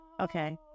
okay